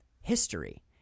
history